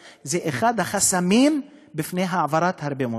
זה אחד החסמים בפני העברת הרבה מורים.